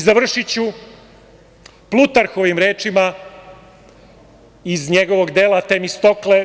Završiću Plutarhovim rečima iz njegovog dela „Temistokle“